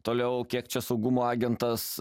toliau kiek čia saugumo agentas